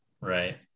Right